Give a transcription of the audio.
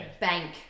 bank